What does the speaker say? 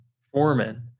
Foreman